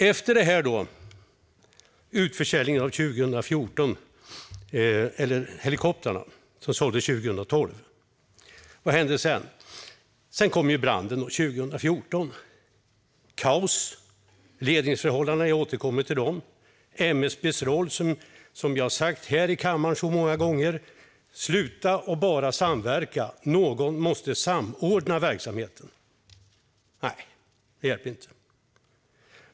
Vad hände sedan, efter utförsäljningen av helikoptrarna 2012? Jo, sedan kom branden 2014. Det var kaos. Jag återkommer till ledningsförhållandena. När det gäller MSB:s roll har jag många gånger här i kammaren sagt: Sluta att bara samverka! Någon måste samordna verksamheten. Nej, det hjälper inte.